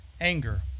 anger